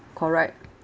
correct